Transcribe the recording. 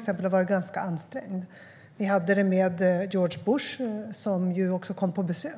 USA har varit ganska ansträngd. Så hade vi det med George Bush, som kom på besök.